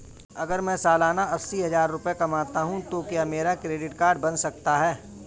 अगर मैं सालाना अस्सी हज़ार रुपये कमाता हूं तो क्या मेरा क्रेडिट कार्ड बन सकता है?